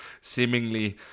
seemingly